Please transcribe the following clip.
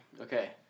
Okay